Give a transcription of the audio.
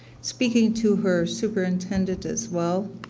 speaking to her superintendent as well,